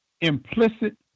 implicit